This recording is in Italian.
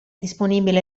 disponibile